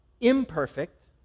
imperfect